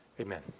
Amen